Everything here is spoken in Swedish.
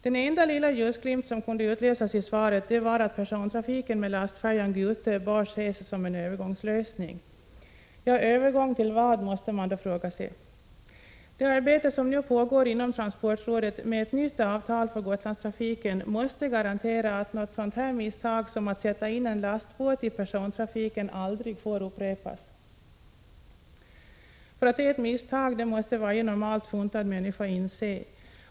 Den enda lilla ljusglimt som kunde utläsas i svaret var att persontrafiken med lastfärjan Gute bör ses som en övergångslösning. Övergång till vad? måste man då fråga sig. Det arbete som nu pågår inom transportrådet med ett nytt avtal för Gotlandstrafiken måste garantera att något sådant misstag som att sätta in en lastbåt i persontrafiken aldrig får upprepas. Att det är ett misstag, det måste varje normalt funtad människa inse.